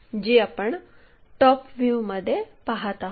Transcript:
जी आपण टॉप व्ह्यूमध्ये पाहत आहोत